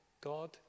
god